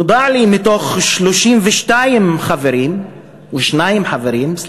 נודע לי שמתוך 32 חברים יש שניים ערבים.